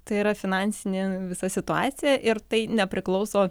tai yra finansinė visa situacija ir tai nepriklauso